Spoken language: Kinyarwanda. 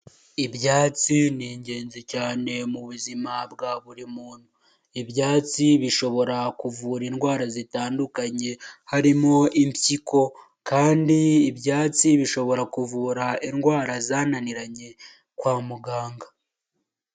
Ibyatsi ni ingenzi cyane mu buzima bwa buri muntu, ibyatsi bishobora kuvura indwara zitandukanye harimo impyiko kandi ibyatsi bishobora kuvura indwara zananiranye kwa muganga.